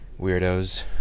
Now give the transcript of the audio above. weirdos